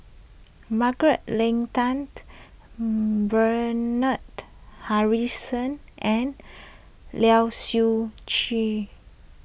Margaret Leng Tan Bernard Harrison and Lai Siu Chiu